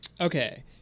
Okay